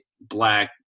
black